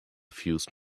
fuse